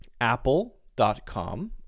Apple.com